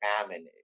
famine